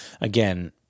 Again